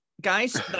guys